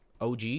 OG